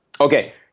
Okay